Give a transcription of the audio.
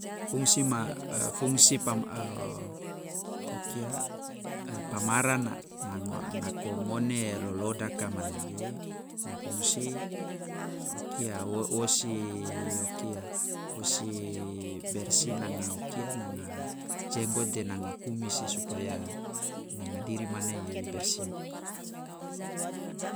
Fungsi ma fungsi pam- o kia pamara na nanga nako ngone lolodaka manege ma fungsi o kia wo- wo si o kia wo si bersih nanga o kia nanga jenggot de nanga kumisi supaya nanga diri mane i bersih.